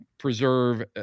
preserve